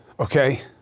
Okay